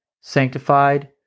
sanctified